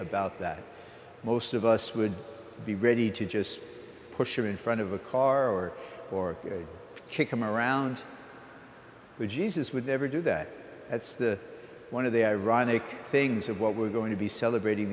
about that most of us would be ready to just push him in front of a car or or kick him around with jesus would never do that that's the one of the ironic things of what we're going to be celebrating